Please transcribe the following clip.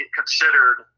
considered